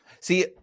See